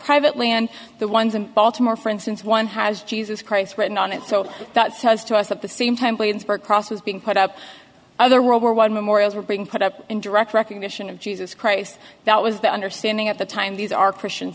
privately and the ones in baltimore for instance one has jesus christ written on it so that says to us at the same time waynesburg crosses being put up other world war one memorials were being put up in direct recognition of jesus christ that was the understanding at the time these are christian